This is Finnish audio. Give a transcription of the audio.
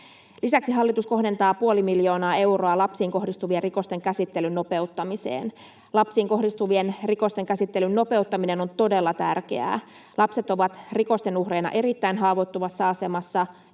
Lisäksi hallitus kohdentaa puoli miljoonaa euroa lapsiin kohdistuvien rikosten käsittelyn nopeuttamiseen. Lapsiin kohdistuvien rikosten käsittelyn nopeuttaminen on todella tärkeää. Lapset ovat rikosten uhreina erittäin haavoittuvassa asemassa,